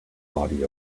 body